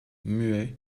muets